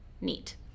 neat